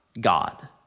God